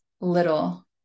little